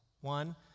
One